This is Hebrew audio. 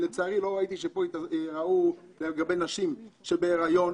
לצערי, לא ראיתי שפה דיברו על נשים בהיריון.